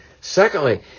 Secondly